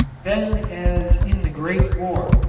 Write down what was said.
then as in the great war,